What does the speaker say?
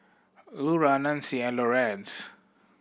Lura Nanci and Lorenz